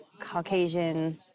Caucasian